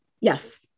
Yes